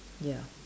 ya